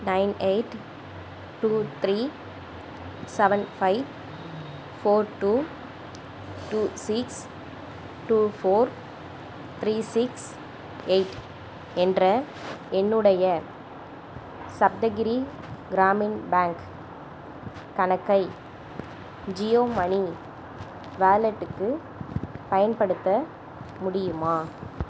nine eight two three seven five four two two six two four three six eight என்ற என்னுடைய Saptagiri Grameen bank கணக்கை Jio money வாலெட்டுக்கு பயன்படுத்த முடியுமா